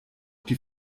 die